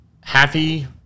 happy